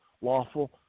lawful